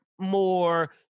more